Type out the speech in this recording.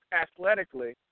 athletically